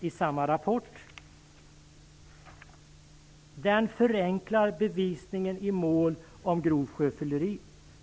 I samma rapport står det: Den förenklar bevisningen i mål om grovt sjöfylleri.